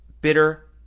bitter